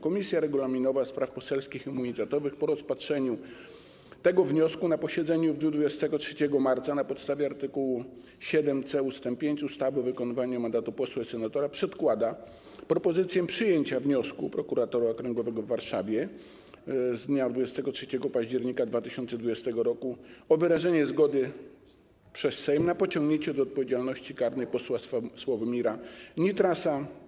Komisja Regulaminowa, Spraw Poselskich i Immunitetowych, po rozpatrzeniu tego wniosku na posiedzeniu w dniu 23 marca, na postawie art. 7c ust. 5 ustawy o wykonywaniu mandatu posła i senatora, przedkłada propozycję przyjęcia wniosku prokuratora okręgowego w Warszawie z dnia 23 października 2020 r. o wyrażenie zgody przez Sejm na pociągnięcie do odpowiedzialności karnej posła Sławomira Nitrasa.